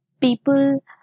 people